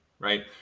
Right